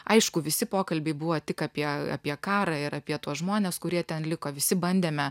aišku visi pokalbiai buvo tik apie apie karą ir apie tuos žmones kurie ten liko visi bandėme